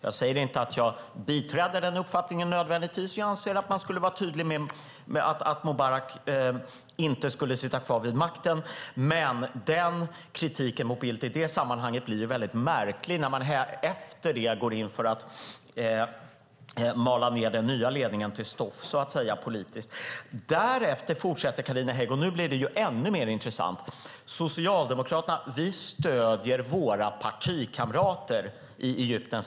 Jag säger inte att jag nödvändigtvis biträdde den uppfattningen, men jag anser att man skulle vara tydlig med att Mubarak inte skulle sitta kvar vid makten. Kritiken mot Bildt i det sammanhanget blir väldigt märklig när man efter det går in för att mala ned den nya ledningen politiskt. Därefter fortsätter Carina Hägg - och nu blir det ännu mer intressant - med att säga: Vi socialdemokrater stöder våra partikamrater i Egypten.